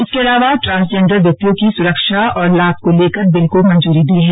इसके अलावा ट्रांसजेडर व्यक्तियों की सुरक्षा और लाभ को लेकर बिल को मंजूरी दी है